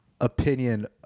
opinion